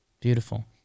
Beautiful